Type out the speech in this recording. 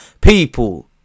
People